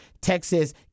Texas